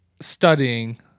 studying